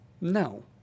No